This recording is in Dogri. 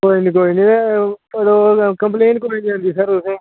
कोई नी कोई नी कम्प्लेन कोई नी आंदी सर तुसें